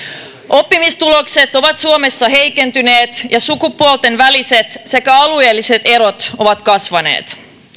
oppimistulokset ovat suomessa heikentyneet ja sukupuolten väliset sekä alueelliset erot kasvaneet